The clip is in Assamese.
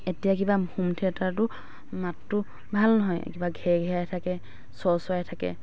এতিয়া কিবা হোম থিয়েটাৰটো মাতটো ভাল নহয় কিবা ঘেৰ ঘেৰাই থাকে চৰ চৰাই থাকে